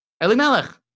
Elimelech